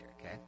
okay